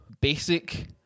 basic